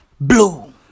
blue